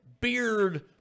beard